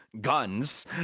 guns